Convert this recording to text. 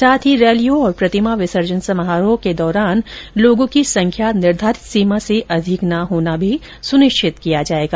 साथ ही रैलियों और प्रतिमा विसर्जन समारोह के दौरान लोगों की संख्या निर्धारित सीमा से अधिक न होना भी सुनिश्चित किया जाएगा